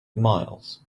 miles